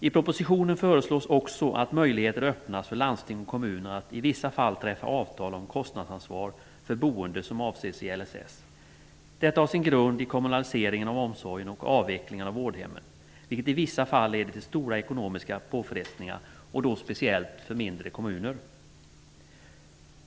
I propositionen föreslås också att möjligheter öppnas för landsting och kommuner att i vissa fall träffa avtal om kostnadsansvar för boende som avses i LSS. Detta har sin grund i kommunaliseringen av omsorgen och avvecklingen av vårdhemmen, vilket i vissa fall leder till stora ekonomiska påfrestningar och då speciellt för mindre kommuner.